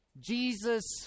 Jesus